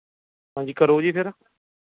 ਹਾਂਜੀ ਕਰੋ ਜੀ ਫਿਰ